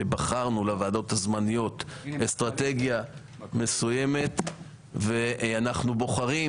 שבחרנו לוועדות הזמניות אסטרטגיה מסוימת ואנחנו בוחרים